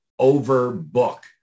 overbook